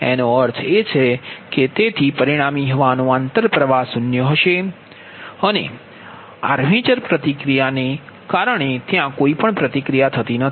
એનો અર્થ એ છે કે તેથી પરિણામી હવા નો આંતર પ્રવાહ શૂન્ય હશે અને આર્મેચર પ્રતિક્રિયા ને કારણે ત્યાં કોઈ પ્રતિક્રિયા નથી